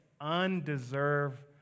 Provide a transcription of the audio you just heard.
undeserved